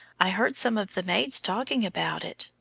i heard some of the maids talking about it,